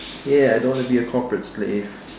ya I don't want to be a corporate place